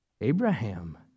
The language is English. Abraham